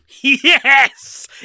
Yes